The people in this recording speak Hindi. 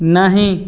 नहीं